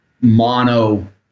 mono